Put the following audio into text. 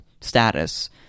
status